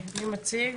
נורית, ממש בקצרה.